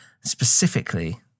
specifically